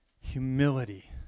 Humility